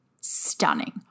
stunning